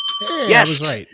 Yes